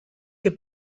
que